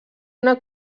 una